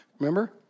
Remember